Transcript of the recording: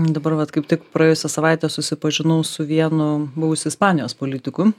dabar vat kaip tik praėjusią savaitę susipažinau su vienu buvusiu ispanijos politiku